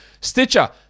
Stitcher